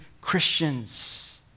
Christians